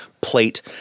plate